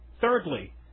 Thirdly